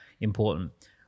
important